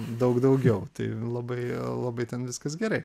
daug daugiau tai labai labai ten viskas gerai